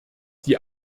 die